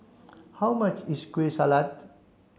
how much is Kueh Salat